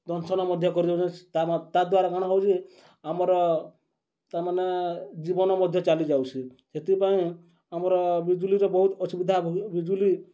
ଦଂଶନ ମଧ୍ୟ କରିଦଉଛନ୍ତି ତା ଦ୍ୱାରା କ'ଣ ହଉଛି ଆମର ତାମାନେ ଜୀବନ ମଧ୍ୟ ଚାଲି ଯାଉଛି ସେଥିପାଇଁ ଆମର ବିଜୁଲିର ବହୁତ ଅସୁବିଧା ହୁଏ ବିଜୁଲି